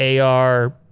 ar